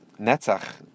netzach